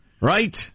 Right